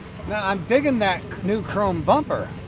i'm digging that new chrome bumper.